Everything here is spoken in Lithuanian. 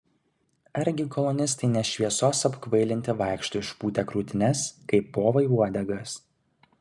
argi kolonistai ne šviesos apkvailinti vaikšto išpūtę krūtines kaip povai uodegas